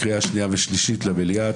ההצעה אושרה לקריאה השנייה והשלישית למליאה.